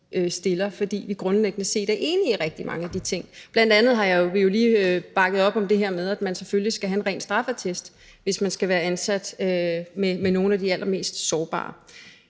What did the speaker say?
fordi vi grundlæggende set er enige i rigtig mange af de ting. Vi har bl.a. lige bakket op om det her med, at man selvfølgelig skal have en ren straffeattest, hvis man skal være ansat i forhold til nogle af de allermest sårbare.